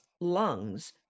lungs